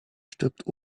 stirbt